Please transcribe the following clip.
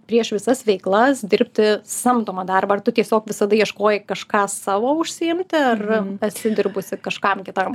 prieš visas veiklas dirbti samdomą darbą ar tu tiesiog visada ieškojai kažką savo užsiimti ar esi dirbusi kažkam kitam